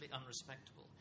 unrespectable